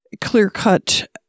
clear-cut